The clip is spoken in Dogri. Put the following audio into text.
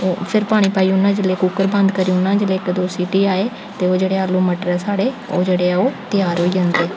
ओह् फिर पानी पाई औना जेल्लै कुकर बंद करी उड़ना जेल्लै इक दो सिटी आये ते ओह् जेह्ड़े आलू मटर साढ़े ओह् जेह्ड़े ओह् त्यार होई जंदे